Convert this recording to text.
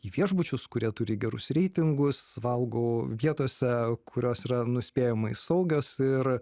į viešbučius kurie turi gerus reitingus valgau vietose kurios yra nuspėjamai saugios ir